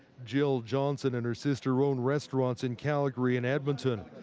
jill johnson and her sister own restaurants in calgary and edmonton.